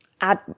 add